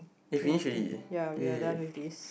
ya ca~ yeah we are done with this